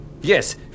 Yes